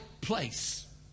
place